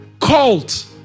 Cult